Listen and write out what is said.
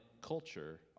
culture